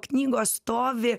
knygos stovi